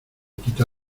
quita